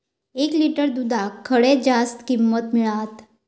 एक लिटर दूधाक खडे जास्त किंमत मिळात?